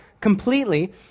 completely